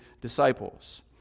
disciples